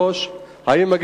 2. האם ישנם כללים בנושא?